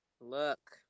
look